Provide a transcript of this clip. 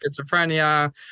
schizophrenia